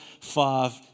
five